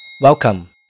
Welcome